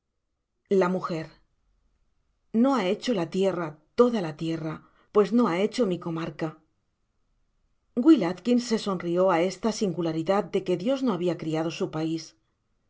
la m no ha hecho la tierra toda la tierra pues no ha hecho mi comarca will atkins se sonrió á esta singularidad de que dios no habia criado su pais